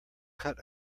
cut